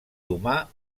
humà